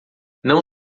não